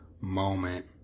moment